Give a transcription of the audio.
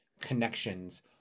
connections